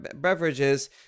beverages